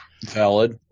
Valid